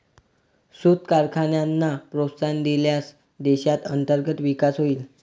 सूत कारखान्यांना प्रोत्साहन दिल्यास देशात अंतर्गत विकास होईल